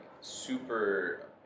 super